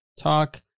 talk